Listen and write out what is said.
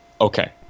Okay